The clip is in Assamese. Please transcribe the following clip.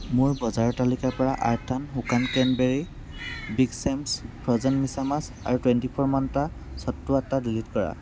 মোৰ বজাৰৰ তালিকাৰ পৰা আৰ্থ'ন শুকান ক্ৰেনবেৰী বিগ চেম্ছ ফ্ৰ'জেন মিছামাছ আৰু টুৱেণ্টি ফ'ৰ মন্ত্ৰা সত্তু আটা ডিলিট কৰা